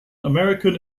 american